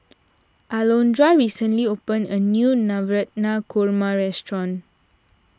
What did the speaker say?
Alondra recently opened a new Navratan Korma restaurant